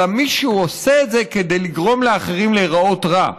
אלא מישהו עושה את זה כדי לגרום לאחרים להיראות רע.